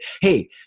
Hey